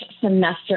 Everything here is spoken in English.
semester